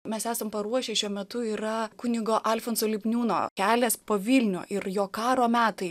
mes esam paruošę šiuo metu yra kunigo alfonso lipniūno kelias po vilnių ir jo karo metai